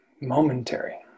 momentary